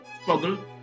struggle